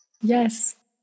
yes